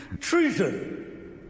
treason